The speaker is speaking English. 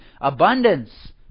abundance